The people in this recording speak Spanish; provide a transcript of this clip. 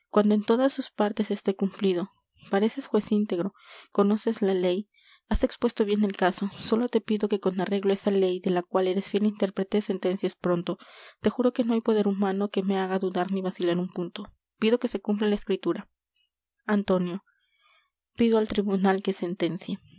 en todas sus partes esté cumplido pareces juez íntegro conoces la ley has expuesto bien el caso sólo te pido que con arreglo á esa ley de la cual eres fiel intérprete sentencies pronto te juro que no hay poder humano que me haga dudar ni vacilar un punto pido que se cumpla la escritura antonio pido al tribunal que sentencie